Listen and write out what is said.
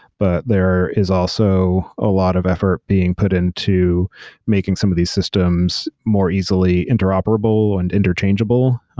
but there is also a lot of effort being put into making some of these systems more easily interoperable and interchangeable.